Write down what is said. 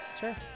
sure